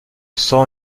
sens